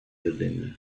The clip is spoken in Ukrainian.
людиною